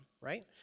right